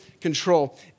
control